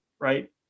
right